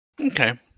Okay